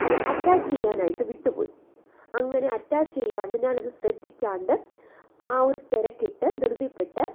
അതിൽ അറ്റാച്ച് ചെയ്യാനായിട്ട് വിട്ട് പോയി അങ്ങനെ അറ്റാച്ച് ചെയ്യാണ്ട് ഞാൻ അത് ശ്രദ്ധിക്കാണ്ട് ആ ഒരു തിരക്കിട്ട് ധൃതിപ്പെട്ട്